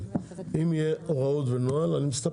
אם יהיו הוראות ונוהל אני מסתפק בזה.